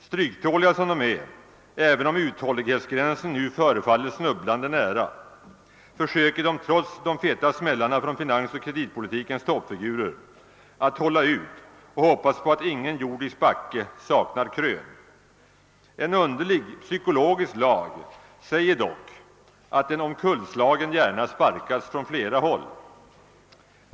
Stryktåliga som de är, även om uthållighetsgränsen förefaller snubblande nära, försöker de trots de feta smällarna från finansoch kreditpolitikens toppfigurer att hoppas på att ingen jordisk backe saknar krön. En underlig psykologisk lag säger dock att en omkullslagen gärna sparkas från flera håll.